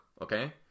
okay